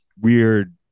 weird